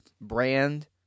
brand